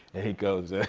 and he goes, ah